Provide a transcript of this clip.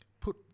put